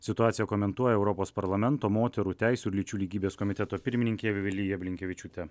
situaciją komentuoja europos parlamento moterų teisių ir lyčių lygybės komiteto pirmininkė vilija blinkevičiūtė